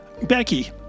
Becky